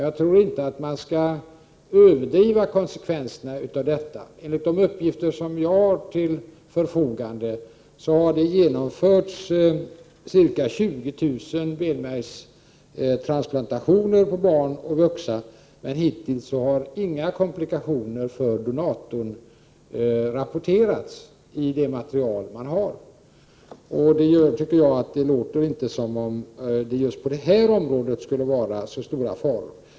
Jag tror inte att man skall överdriva konsekvenserna av detta. Enligt de uppgifter som jag har till förfogande har det genomförts ca 20 000 benmärgstransplantationer på barn och vuxna, men hittills har inga komplikationer för donatorn rapporterats enligt det material som finns. Det gör, tycker jag, att det inte låter som om det just på det här området skulle vara så stor fara.